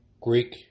Greek